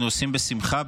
אנחנו עושים בשמחה.